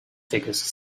figures